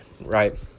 right